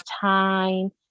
time